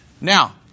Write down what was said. Now